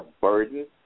burden